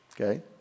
Okay